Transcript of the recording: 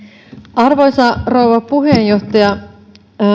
arvoisa rouva puheenjohtaja